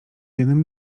jednym